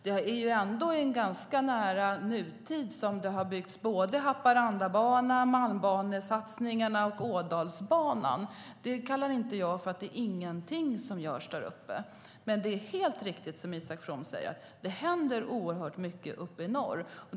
Det är ändå i ganska nära nutid som det har gjorts satsningar på Haparandabanan, Malmbanan och Ådalsbanan. Det kallar jag inte för att ingenting görs däruppe. Det är helt riktigt, som Isak From säger, att det händer oerhört mycket uppe i norr.